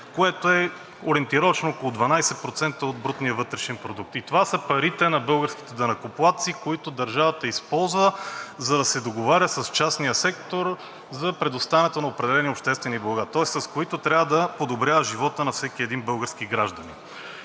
което е ориентировъчно около 12% от брутния вътрешен продукт. И това са парите на българските данъкоплатци, които държавата използва, за да се договаря с частния сектор за предоставянето на определени обществени блага, тоест с които трябва да подобрява живота на всеки един български гражданин.